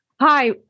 Hi